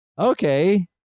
okay